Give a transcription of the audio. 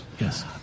Yes